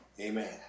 Amen